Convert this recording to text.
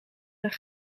een